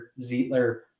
Zietler